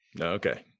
okay